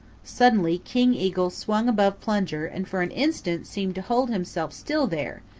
suddenly king eagle swung above plunger and for an instant seemed to hold himself still there,